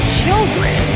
children